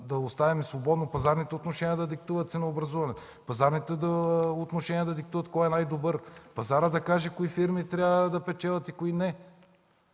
Да оставим свободно пазарните отношения да диктуват ценообразуването, пазарните отношения да диктуват кой е най-добър, пазарът да каже кои фирми трябва да печелят и кои не.